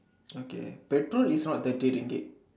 okay the two is not the two Ringgit